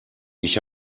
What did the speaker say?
ich